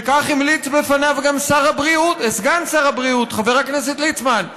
וכך המליץ בפניו גם סגן שר הבריאות חבר הכנסת ליצמן.